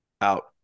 out